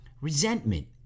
resentment